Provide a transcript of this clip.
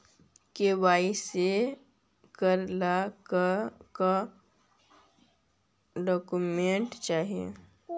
KYC करे ला का का डॉक्यूमेंट चाही?